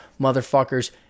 motherfuckers